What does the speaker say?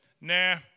nah